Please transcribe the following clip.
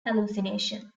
hallucination